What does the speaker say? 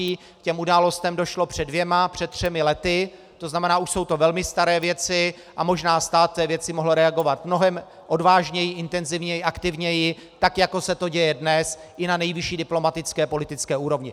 K těm událostem došlo před dvěma, před třemi lety, tzn. už jsou to velmi staré věci a možná stát v té věci mohl reagovat mnohem odvážněji, intenzivněji, aktivněji, tak jako se to děje dnes i na nejvyšší diplomatické politické úrovni.